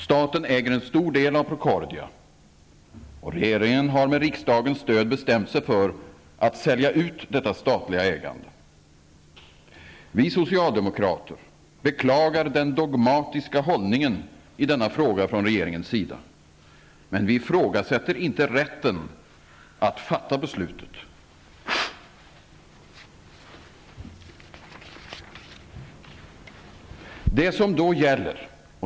Staten äger en stor del av Procordia, och regeringen har med riksdagens stöd bestämt sig för att sälja ut detta statliga ägande. Vi socialdemokrater beklagar den dogmatiska hållningen i denna fråga från regeringens sida, men vi ifrågasätter inte rätten att fatta beslutet.